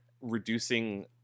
reducing